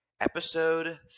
episode